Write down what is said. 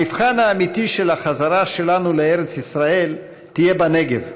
המבחן האמיתי של החזרה שלנו לארץ ישראל יהיה בנגב,